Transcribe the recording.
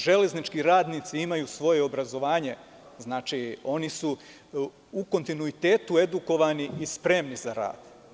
Železnički radnici imaju svoje obrazovanje, znači, oni su u kontinuitetu edukovani i spremni za rad.